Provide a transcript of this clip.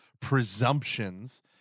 Presumptions